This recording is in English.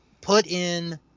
put-in